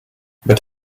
but